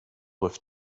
with